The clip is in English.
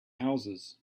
houses